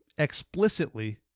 explicitly